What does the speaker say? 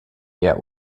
eher